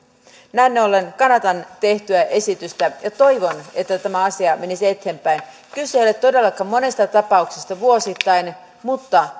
näin näin ollen kannatan tehtyä esitystä ja toivon että tämä asia menisi eteenpäin kyse ei ole todellakaan monesta tapauksesta vuosittain mutta